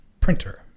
printer